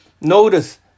Notice